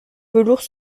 velours